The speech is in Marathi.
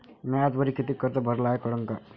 म्या आजवरी कितीक कर्ज भरलं हाय कळन का?